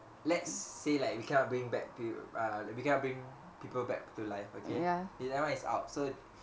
let's say like we cannot bring back if you can't bring people back to life okay K that one is out so